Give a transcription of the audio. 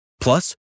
Plus